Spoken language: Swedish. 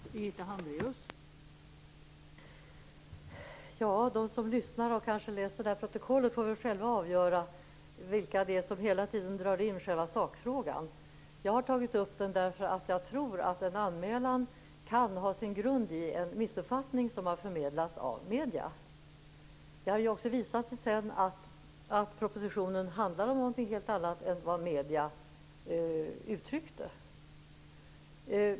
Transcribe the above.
Fru talman! De som lyssnar, och kanske läser protokollet, får väl själva avgöra vilka det är som hela tiden drar in själva sakfrågan. Jag har tagit upp den eftersom jag tror att anmälan kan ha sin grund i en missuppfattning som har förmedlats av medierna. Det har ju senare också visat sig att propositionen handlade om något helt annat än det som medierna uttryckte.